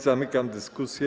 Zamykam dyskusję.